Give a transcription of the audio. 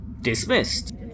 Dismissed